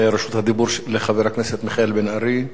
רשות הדיבור לחבר הכנסת מיכאל בן-ארי,